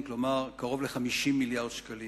כלומר קרוב ל-50 מיליארד שקלים.